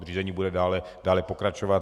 Řízení bude dále pokračovat.